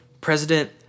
President